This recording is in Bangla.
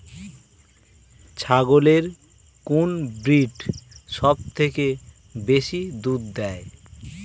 ছাগলের কোন ব্রিড সবথেকে বেশি দুধ দেয়?